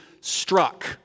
struck